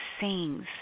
sings